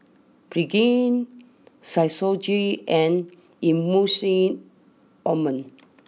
Pregain Physiogel and Emulsying Ointment